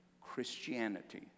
Christianity